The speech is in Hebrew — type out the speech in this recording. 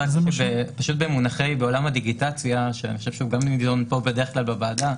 בעולם הדיגיטציה שגם נדון פה בוועדה בדרך כלל